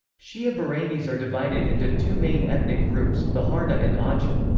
shia bahrainis are divided into two main ethnic groups baharna and ajam.